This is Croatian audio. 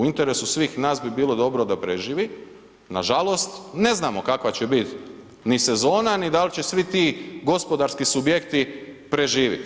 U interesu svih nas bi bilo dobro da preživi, nažalost ne znamo kakva će biti ni sezona, ni da li će svi ti gospodarski subjekti preživjet.